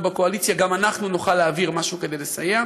בקואליציה גם אנחנו נוכל להעביר משהו כדי לסייע.